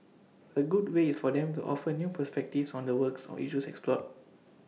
A good way is for them to offer new perspectives on the works or issues explored